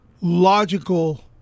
logical